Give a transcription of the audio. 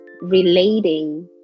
relating